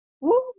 woo